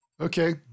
Okay